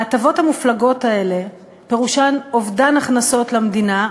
ההטבות המופלגות האלה פירושן אובדן הכנסות למדינה,